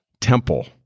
temple